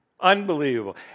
Unbelievable